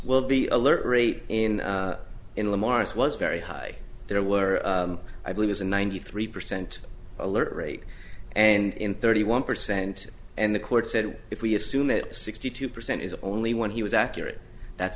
will be alert rate in in lamar's was very high there were i believe is a ninety three percent alert rate and thirty one percent and the court said if we assume that sixty two percent is only one he was accurate that's